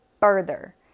further